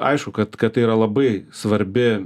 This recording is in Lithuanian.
tai aišku kad kad tai yra labai svarbi